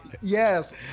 yes